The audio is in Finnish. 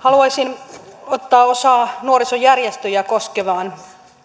haluaisin ottaa osaa nuorisojärjestöjä koskevaan